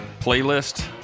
playlist